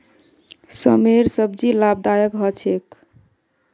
सेमेर सब्जी लाभदायक ह छेक